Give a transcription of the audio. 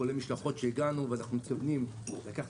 כולל משלחות שהגיעו ואנחנו מתכוונים לקחת